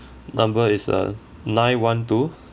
number is uh nine one two